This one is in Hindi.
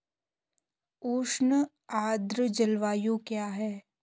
उष्ण आर्द्र जलवायु क्या है?